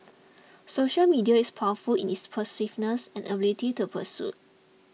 social media is powerful in its pervasiveness and ability to persuade